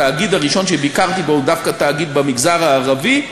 התאגיד הראשון שביקרתי בו הוא דווקא תאגיד במגזר הערבי,